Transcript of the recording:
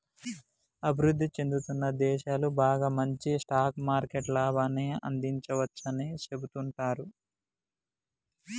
అభివృద్ధి చెందుతున్న దేశాలు బాగా మంచి స్టాక్ మార్కెట్ లాభాన్ని అందించవచ్చని సెబుతుంటారు